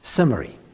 Summary